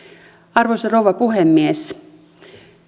arvoisa rouva puhemies